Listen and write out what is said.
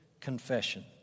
confession